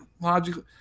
logically